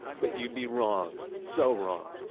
but you'd be wrong. so wrong.